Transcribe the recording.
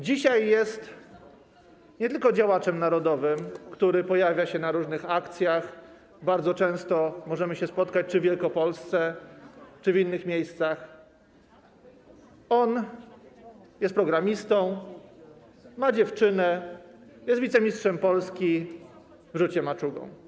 Dzisiaj jest nie tylko działaczem narodowym, który pojawia się na różnych akcjach - bardzo często możemy się spotkać w Wielkopolsce czy w innych miejscach - on jest także programistą, ma dziewczynę, jest wicemistrzem Polski w rzucie maczugą.